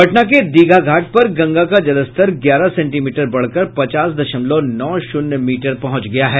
पटना के दीघाघाट पर गंगा का जलस्तर ग्यारह सेंटीमीटर बढ़कर पचास दशमलव नौ शून्य मीटर पहुंच गया है